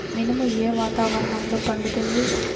మినుము ఏ వాతావరణంలో పండుతుంది?